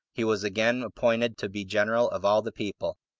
he was again appointed to be general of all the people.